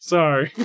Sorry